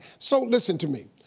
so listen to me,